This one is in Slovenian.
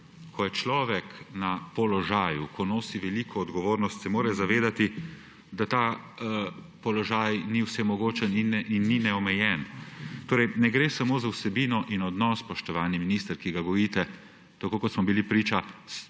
ko je človek na položaju, ko nosi veliko odgovornost, se mora zavedati, da ta položaj ni vsemogočen in ni neomejen. Torej ne gre samo za vsebino in odnos, spoštovani minister, ki ga gojite, tako kot smo bili priča